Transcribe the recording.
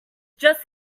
just